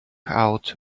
out